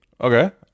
Okay